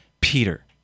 Peter